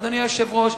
אדוני היושב-ראש,